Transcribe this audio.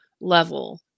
level